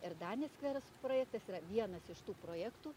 ir danės skveras projektas yra vienas iš tų projektų